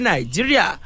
Nigeria